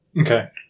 Okay